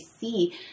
see